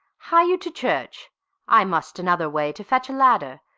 hie you to church i must another way, to fetch a ladder,